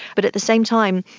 but at the same time,